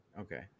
Okay